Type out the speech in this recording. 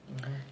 mmhmm